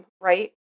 right